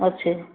ଅଛି